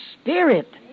spirit